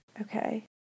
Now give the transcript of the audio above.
okay